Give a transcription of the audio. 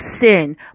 sin